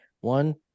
One